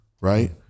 right